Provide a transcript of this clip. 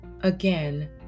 again